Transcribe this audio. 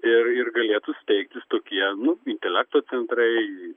ir ir galėtų steigtis tokie nu intelekto centrai